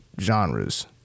genres